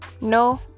No